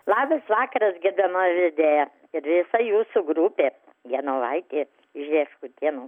labas vakaras gerbiama vedėja visa jūsų grupė janulaitis žėskutėnu